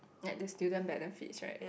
like the student benefits right